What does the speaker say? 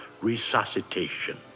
resuscitation